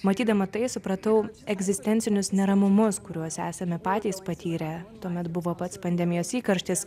matydama tai supratau egzistencinius neramumus kuriuos esame patys patyrę tuomet buvo pats pandemijos įkarštis